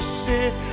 sit